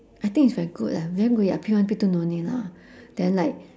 I think it's very good leh then we are P one P two don't need lah then like